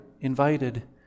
invited